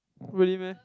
really meh